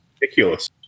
ridiculous